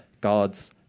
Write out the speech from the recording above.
God's